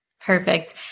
Perfect